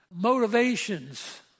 motivations